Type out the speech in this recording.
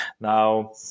Now